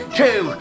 two